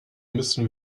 müssen